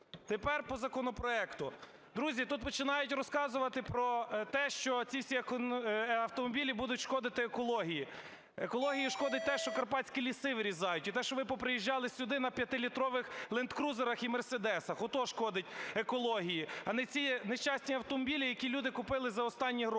Тепер по законопроекту. Друзі, тут починають розказувати про те, що ці всі автомобілі будуть шкодити екології. Екології шкодить те, що карпатські ліси вирізають, і те, що ви поприїжджали сюди на п'ятилітрових лендкрузерах і мерседесах, от то шкодить екології. А не ці нещасні автомобілі, які люди купили за останні гроші.